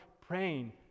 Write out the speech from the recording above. praying